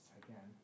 again